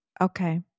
Okay